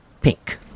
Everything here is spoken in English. pink